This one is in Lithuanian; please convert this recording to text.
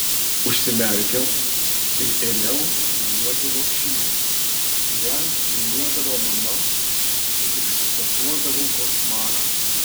užsimerkiau ir ėmiau niūniuoti lopšinę kurią niūniuodavo mama kai tik susapnuodavau košmarą